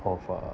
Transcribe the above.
of uh